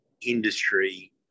industry